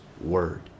word